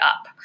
up